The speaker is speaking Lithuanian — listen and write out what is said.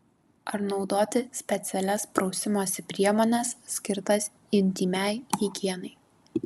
ar naudoti specialias prausimosi priemones skirtas intymiai higienai